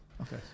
Okay